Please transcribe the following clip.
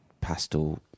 pastel